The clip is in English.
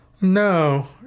No